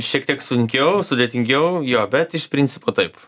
šiek tiek sunkiau sudėtingiau jo bet iš principo taip